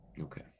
okay